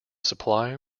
supply